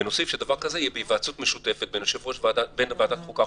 ונוסיף שדבר כזה יהיה בהיוועצות משותפת בין ועדת החוקה,